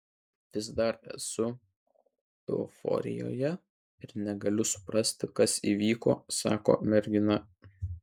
vis dar esu euforijoje ir negaliu suprasti kas įvyko sako mergina